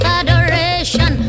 adoration